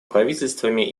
правительствами